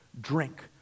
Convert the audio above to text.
drink